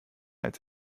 als